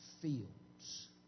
fields